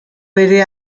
bere